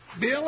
Bill